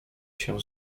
się